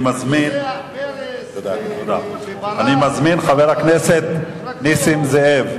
אני מזמין את חבר הכנסת נסים זאב,